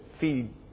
feed